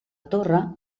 torre